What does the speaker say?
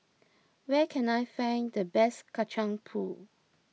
where can I find the best Kacang Pool